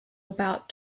about